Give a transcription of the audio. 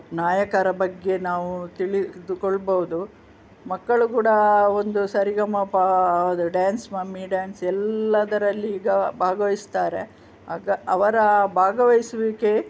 ನಾಯಕರ ಬಗ್ಗೆ ನಾವು ತಿಳಿದುಕೊಳ್ಬೌದು ಮಕ್ಕಳು ಕೂಡ ಒಂದು ಸರಿಗಮಪದ ಡ್ಯಾನ್ಸ್ ಮಮ್ಮಿ ಡ್ಯಾನ್ಸ್ ಎಲ್ಲದರಲ್ಲಿ ಈಗ ಭಾಗವಹಿಸ್ತಾರೆ ಆಗ ಅವರ ಭಾಗವಹಿಸುವಿಕೆ